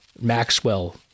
Maxwell